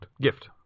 Gift